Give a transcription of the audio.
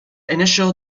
initial